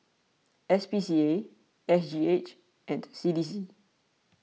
S P C A S G H and C D C